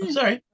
sorry